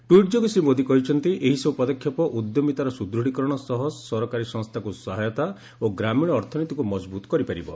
tweet ଯୋଗେ ଶ୍ରୀ ମୋଦି କହିଛନ୍ତି ଏହିସବୁ ପଦକ୍ଷେପ ଉଦ୍ୟମିତାର ସୁଦୃଢ଼ୀକରଣ ସହ ସରକାରୀ ସଂସ୍ଥାକୁ ସହାୟତା ଓ ଗ୍ରାମୀଣ ଅର୍ଥନୀତିକୁ ମଜବୁତ୍ କରିପାରିବ